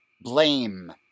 blame